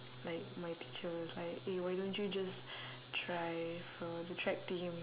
like my teacher was like eh why don't you just try for the track team